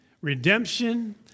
redemption